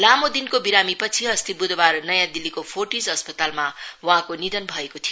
लामो दिनको विरामी पछि अस्ति बुधवार नयाँ दिल्लीको फोर्टिस अस्पतालमा वहाँको निधन भएको थियो